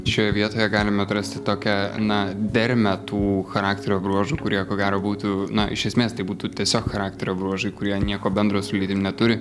šioje vietoje galime atrasti tokią na dermę tų charakterio bruožų kurie ko gero būtų na iš esmės tai būtų tiesiog charakterio bruožai kurie nieko bendro su lytim neturi